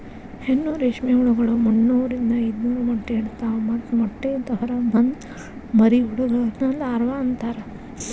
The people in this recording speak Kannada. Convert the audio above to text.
ಹೆಣ್ಣು ರೇಷ್ಮೆ ಹುಳಗಳು ಮುನ್ನೂರಿಂದ ಐದನೂರ ಮೊಟ್ಟೆ ಇಡ್ತವಾ ಮತ್ತ ಮೊಟ್ಟೆಯಿಂದ ಹೊರಗ ಬಂದ ಮರಿಹುಳಗಳನ್ನ ಲಾರ್ವ ಅಂತಾರ